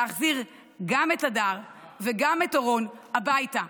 להחזיר גם את הדר וגם את אורון הביתה.